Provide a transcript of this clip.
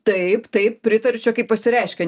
taip taip pritariu čia kaip pasireiškia